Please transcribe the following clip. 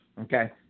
okay